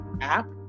app